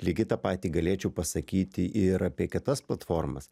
lygiai tą patį galėčiau pasakyti ir apie kitas platformas